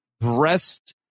breast